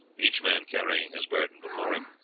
each man carrying his burden before him,